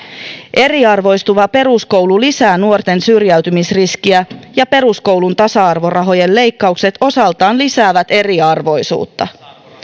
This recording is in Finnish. eriarvoistuva peruskoulu lisää nuorten syrjäytymisriskiä ja peruskoulun tasa arvorahojen leikkaukset osaltaan lisäävät eriarvoisuutta